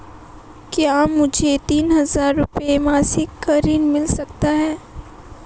क्या मुझे तीन हज़ार रूपये मासिक का ऋण मिल सकता है?